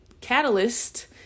catalyst